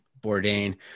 Bourdain